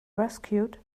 rescued